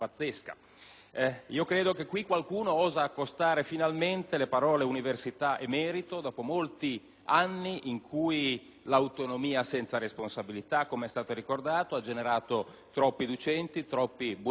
Credo che qui qualcuno osi finalmente accostare le parole "università" e "merito", dopo molti anni in cui l'autonomia senza responsabilità - come è stato ricordato - ha generato troppi docenti e burocrati,